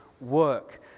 work